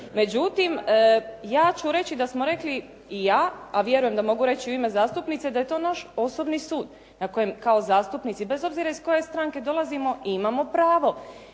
Međutim, ja ću reći da smo rekli ja, a vjerujem da mogu reći i u ime zastupnice, da je to naš osobni sud na koje kao zastupnici bez obzira iz koje stranke dolazimo imamo pravo.